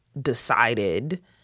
decided